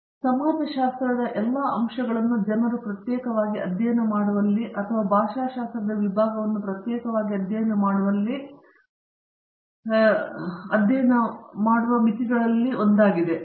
professor Rajesh Kumar ಸಮಾಜಶಾಸ್ತ್ರದ ಎಲ್ಲ ಅಂಶಗಳನ್ನು ಜನರು ಪ್ರತ್ಯೇಕವಾಗಿ ಅಧ್ಯಯನ ಮಾಡುವಲ್ಲಿ ಅಥವಾ ಭಾಷಾಶಾಸ್ತ್ರದ ವಿಭಾಗವನ್ನು ಪ್ರತ್ಯೇಕವಾಗಿ ಅಧ್ಯಯನ ಮಾಡುವಲ್ಲಿ ಜನರು ಎಲ್ಲ ಅಂಶಗಳನ್ನು ಅಧ್ಯಯನ ಮಾಡುವಲ್ಲಿ ಭಾಷಾಶಾಸ್ತ್ರದ ಹೆಚ್ಚಿನ ಅಂಶಗಳನ್ನು ಅಧ್ಯಯನ ಮಾಡುವ ಮಿತಿಗಳಲ್ಲೊಂದಾಗಿದೆ